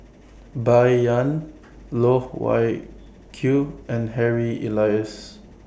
Bai Yan Loh Wai Kiew and Harry Elias